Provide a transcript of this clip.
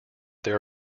there